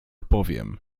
powiem